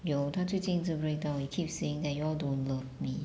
有他最近一直 breakdown he keep saying that you all don't love me